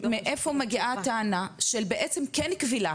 מאיפה מגיעה הטענה של בעצם כן כבילה,